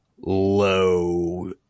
low